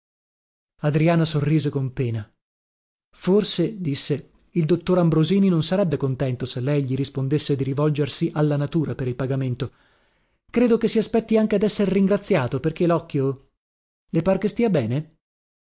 adriana sorrise con pena forse disse il dottor ambrosini non sarebbe contento se lei gli rispondesse di rivolgersi alla natura per il pagamento credo che si aspetti anche desser ringraziato perché locchio le par che stia bene